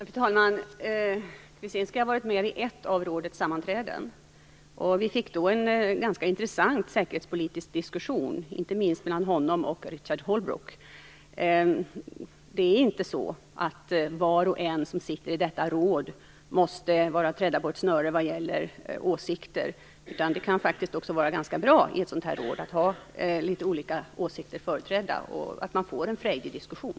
Fru talman! Julij Kvitsinskij har varit med vid ett av rådets sammanträden. Vi fick då en ganska intressant säkerhetspolitisk diskussion, inte minst mellan honom och Richard Holbrooke. Var och en som sitter med i detta råd måste inte vara trädd på ett snöre vad gäller åsikter, utan det kan faktiskt också vara ganska bra att i ett sådant här råd ha litet olika åsikter företrädda och att man får en frejdig diskussion.